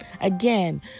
Again